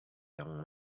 young